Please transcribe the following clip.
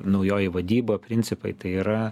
naujoji vadyba principai tai yra